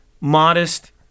modest